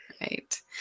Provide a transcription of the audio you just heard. Right